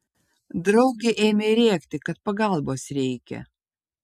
draugė ėmė rėkti kad pagalbos reikia